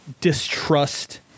distrust